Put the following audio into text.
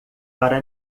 para